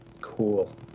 Cool